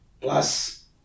Plus